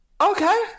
Okay